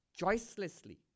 choicelessly